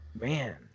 man